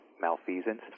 malfeasance